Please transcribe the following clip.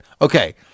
okay